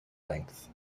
length